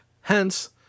Hence